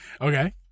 Okay